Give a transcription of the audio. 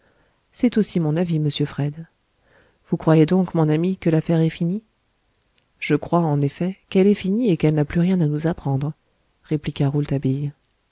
c'est aussi mon avis monsieur fred vous croyez donc mon ami que l'affaire est finie je crois en effet qu'elle est finie et qu'elle n'a plus rien à nous apprendre répliqua